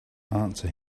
answer